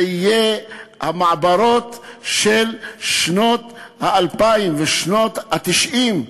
זה יהיה המעברות של שנות האלפיים ושנות ה-90,